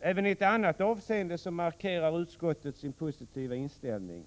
Även i ett annat avseende markerar utskottet sin positiva inställning,